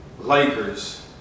Lakers